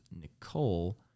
Nicole